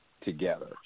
together